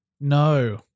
No